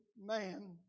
man